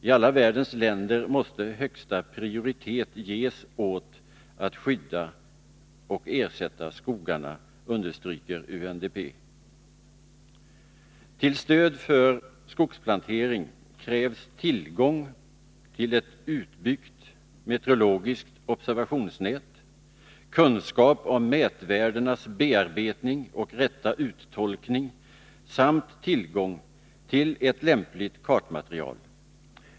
I alla världens länder måste högsta prioritet ges åt att skydda och ersätta skogarna, understryker UNDP. Till stöd för skogsplanering krävs tillgång till ett utbyggt meteorologiskt observationsnät, kunskap om mätvärdenas bearbetning och rätta uttolkning samt tillgång till ett lämpligt kartmaterial.